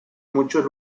muchos